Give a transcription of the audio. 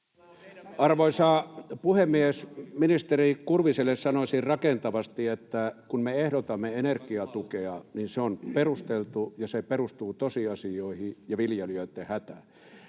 Arvoisa puhemies! Ministeri Kurviselle sanoisin rakentavasti, että kun me ehdotamme energiatukea, niin se on perusteltu ja se perustuu tosiasioihin ja viljelijöitten hätään.